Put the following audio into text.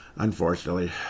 unfortunately